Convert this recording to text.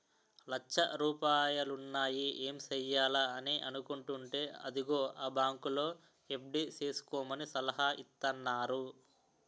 లచ్చ రూపాయలున్నాయి ఏం సెయ్యాలా అని అనుకుంటేంటే అదిగో ఆ బాంకులో ఎఫ్.డి సేసుకోమని సలహా ఇత్తన్నారు